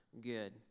good